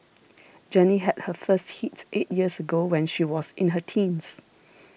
Jenny had her first hit eight years ago when she was in her teens